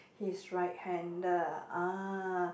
he's right hander uh